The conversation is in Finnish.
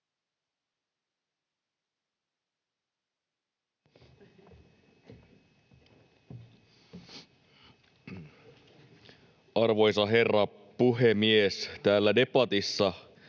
Arvoisa herra puhemies! Täällä debatissa